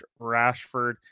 Rashford